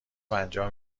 پنجاه